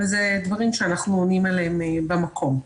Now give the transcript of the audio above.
אלה דברים שאנחנו עונים עליהם במקום.